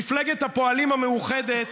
מפלגת הפועלים המאוחדת,